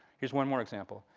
here's one more example,